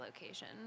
location